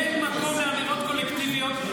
אין מקום לאמירות קולקטיביות,